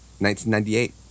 1998